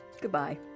goodbye